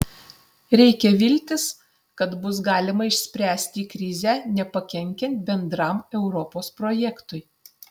reikia viltis kad bus galima išspręsti krizę nepakenkiant bendram europos projektui